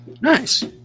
Nice